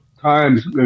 times